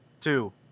two